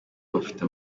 bafite